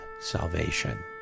salvation